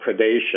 predation